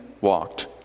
walked